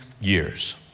years